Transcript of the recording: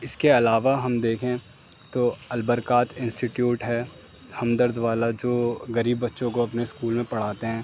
اس کے علاوہ ہم دیکھیں تو البرکات انسٹیٹیوٹ ہے ہمدرد والا جو غریب بچوں کو اپنے اسکول میں پڑھاتے ہیں